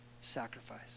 sacrifice